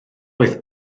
oedd